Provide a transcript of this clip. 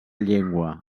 llengua